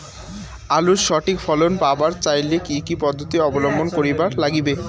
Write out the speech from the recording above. আলুর সঠিক ফলন পাবার চাইলে কি কি পদ্ধতি অবলম্বন করিবার লাগবে?